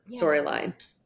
storyline